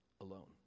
alone